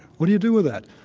what do you do with that?